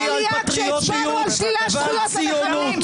קריב יצא מהמליאה כשהצבענו על שלילת זכויות למחבלים.